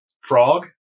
frog